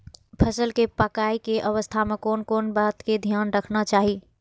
फसल के पाकैय के अवस्था में कोन कोन बात के ध्यान रखना चाही?